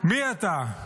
מי אתה,